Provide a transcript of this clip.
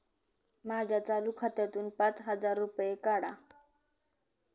माझ्या चालू खात्यातून पाच हजार रुपये काढा